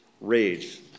rage